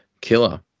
Killer